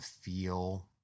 feel